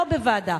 לא לוועדה.